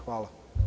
Hvala.